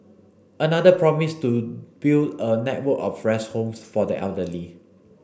another promised to build a network of rest homes for the elderly